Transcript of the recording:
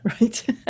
right